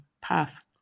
path